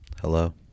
Hello